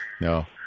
No